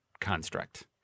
construct